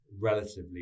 relatively